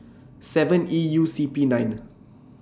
seven E U C P nine